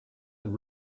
and